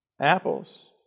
apples